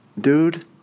dude